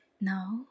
Now